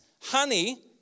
honey